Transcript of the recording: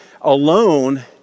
alone